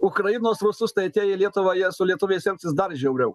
ukrainos rusus tai atėję į lietuvą jie su lietuviais elgsis dar žiauriau